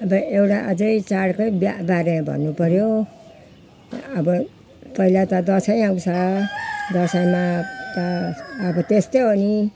अब एउटा अझ चाडकै बारेमा भन्नु पऱ्यो अब पहिला त दसैँ आउँछ दसैँमा अब त त्यस्तै हो पनि